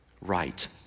right